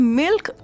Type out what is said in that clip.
milk